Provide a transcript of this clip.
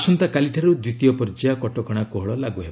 ଆସନ୍ତାକାଲିଠାରୁ ଦ୍ୱିତୀୟ ପର୍ଯ୍ୟାୟ କଟକଣା କୋହଳ ଲାଗୁ ହେବ